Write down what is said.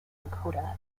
dakota